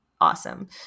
awesome